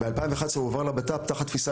ובשנת 2011 הוא הועבר למשרד לביטחון הפנים תחת תפיסה